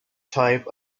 type